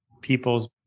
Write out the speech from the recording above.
people's